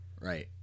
Right